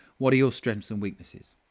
what are your strengths and weaknesses?